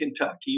Kentucky